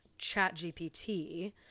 ChatGPT